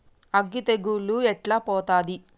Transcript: అగ్గి తెగులు ఎట్లా పోతది?